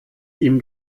ihm